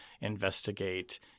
investigate